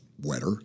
wetter